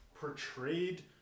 portrayed